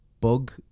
bug